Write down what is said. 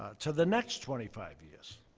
to the next twenty five years